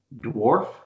dwarf